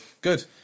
Good